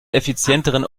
effizienteren